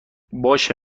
باشه